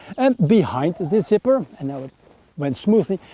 and behind the zipper, and now it went smoothly,